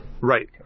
Right